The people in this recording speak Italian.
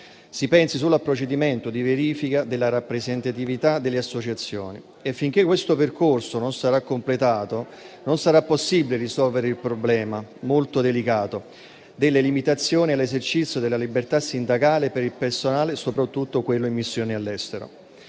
Si pensi solo al procedimento di verifica della rappresentatività delle associazioni. Finché questo percorso non sarà completato, non sarà possibile risolvere il problema molto delicato delle limitazioni all'esercizio della libertà sindacale per il personale, soprattutto quello in missione all'estero.